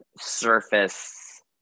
surface